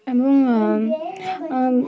এবং